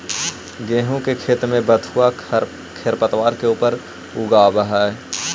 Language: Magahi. गेहूँ के खेत में बथुआ खेरपतवार के ऊपर उगआवऽ हई